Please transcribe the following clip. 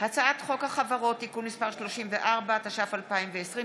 הצעת חוק החברות (תיקון מס' 34) התש"ף 2020,